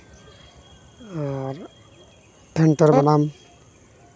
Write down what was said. ᱟᱨ ᱯᱷᱮᱱᱴᱚᱲ ᱵᱟᱱᱟᱢ